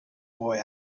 boy